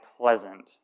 pleasant